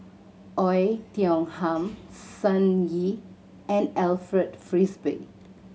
Oei Tiong Ham Sun Yee and Alfred Frisby